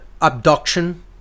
abduction